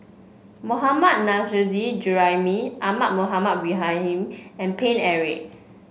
Mohammad Nurrasyid Juraimi Ahmad Mohamed Ibrahim and Paine Eric